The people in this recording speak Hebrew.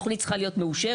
תוכנית צריכה להיות מאושרת,